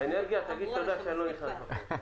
תגיד תודה שאני לא נכנס בכם,